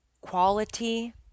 quality